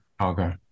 Okay